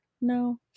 no